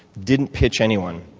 didn't pitch anyone.